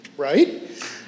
right